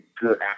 good